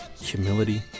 humility